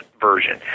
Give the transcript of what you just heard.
version